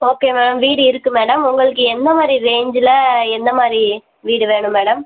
okay ma'am வீடு இருக்குது madam உங்களுக்கு எந்த மாதிரி ரேஞ்சில் எந்த மாதிரி வீடு வேணும் மேடம்